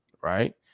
right